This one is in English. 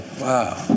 Wow